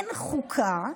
אין חוקה,